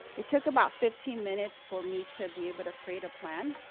it took about fifteen minutes for me to be able to create a plan.